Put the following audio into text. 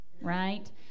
Right